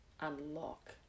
unlock